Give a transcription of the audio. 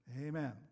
amen